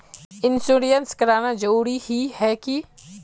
Insurance कराना जरूरी ही है की?